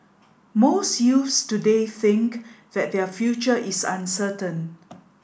most youths today think that their future is uncertain